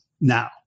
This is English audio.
now